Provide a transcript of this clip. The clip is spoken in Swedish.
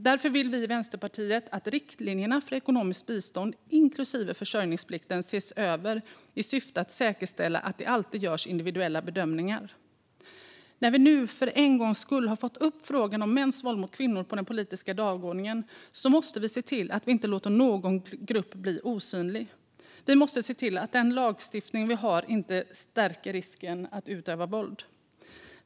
Därför vill vi i Vänsterpartiet att riktlinjerna för ekonomiskt bistånd, inklusive försörjningsplikten, ses över i syfte att säkerställa att det alltid görs individuella bedömningar. När vi nu för en gångs skull har fått upp frågan om mäns våld mot kvinnor på den politiska dagordningen måste vi se till att vi inte låter någon grupp bli osynlig. Vi måste se till att den lagstiftning vi har inte förstärker risken för att det utövas våld.